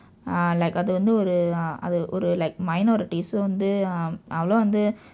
ah like அது வந்து ஒரு:athu vandthu oru ah அது ஒரு:athu oru like minority so வந்து:vandthu um அவ்வளவா வந்து:avvalavaa vandthu